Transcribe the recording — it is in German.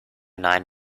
nein